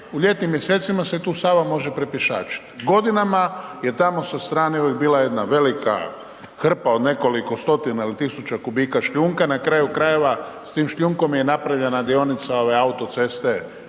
u ljetnim mjesecima se tu Sava može propješačiti. Godinama je tamo sa strane uvijek bila jedna velika hrpa od nekoliko 100-tina ili tisuća kubika šljunka, na kraju s tim šljunkom je napravljena dionica ove autoceste